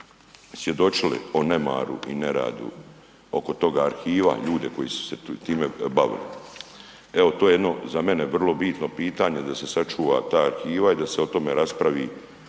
svjedočili o nemaru i neradu oko toga arhiva, ljude koji su se time bavili. Evo to je jedno za mene vrlo bitno pitanje da se sačuva ta arhiva i da se o tome raspravi